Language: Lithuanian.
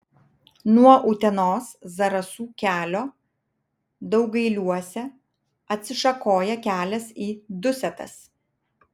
nuo utenos zarasų kelio daugailiuose atsišakoja kelias į dusetas